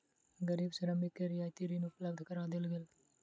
गरीब श्रमिक के रियायती ऋण उपलब्ध करा देल गेल